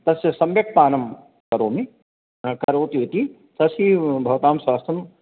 तस्य सम्यक् पानं करोमि करोतु इति तस्यैव भवतां स्वास्थ्यम्